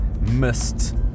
missed